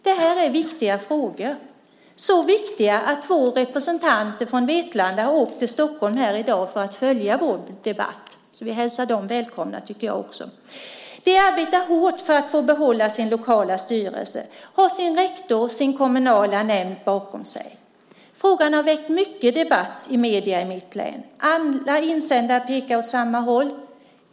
Det här är viktiga frågor - så viktiga att två representanter från Vetlanda har åkt till Stockholm för att här i dag följa vår debatt, så jag tycker att vi hälsar också dem välkomna. De arbetar hårt för att få behålla sin lokala styrelse och har sin rektor och sin kommunala nämnd bakom sig. Frågan har väckt mycket debatt i medierna i mitt län. Alla insändare pekar åt samma håll.